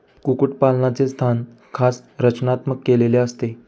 कुक्कुटपालनाचे स्थान खास रचनात्मक केलेले असते